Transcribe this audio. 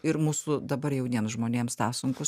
ir mūsų dabar jauniem žmonėms tą sunku